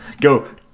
Go